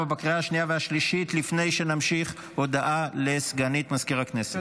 לפני שנמשיך, הודעה לסגנית מזכיר הכנסת.